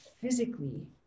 physically